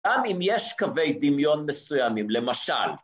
גם אם יש קווי דמיון מסוימים, למשל.